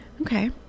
okay